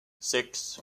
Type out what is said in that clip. six